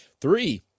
three